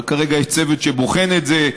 כרגע יש צוות שבוחן את זה.